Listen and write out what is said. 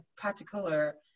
particular